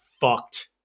fucked